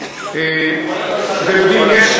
אתם יודעים,